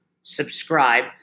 Subscribe